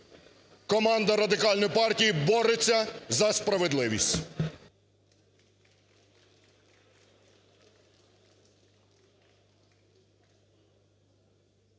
Команда Радикальної партії бореться за справедливість!